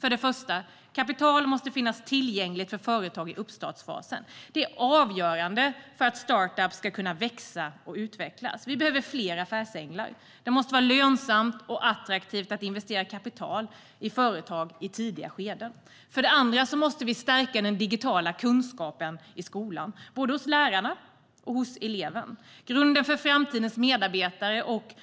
För det första måste kapital finnas tillgängligt för företag i uppstartsfasen. Det är avgörande för att startups ska kunna växa och utvecklas. Vi behöver fler affärsänglar. Det måste vara lönsamt och attraktivt att investera kapital i företag i tidiga skeden. För det andra måste vi stärka den digitala kunskapen i skolan - både hos lärarna och hos eleverna. Grunden för framtidens medarbetare och